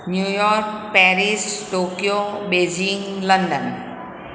New York Paris Tokyo Beijing London